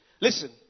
Listen